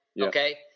okay